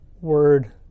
word